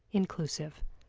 inclusive.